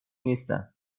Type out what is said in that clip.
نیستم